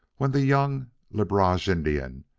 when the young le barge indian,